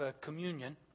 communion